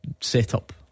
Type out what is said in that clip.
setup